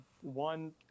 one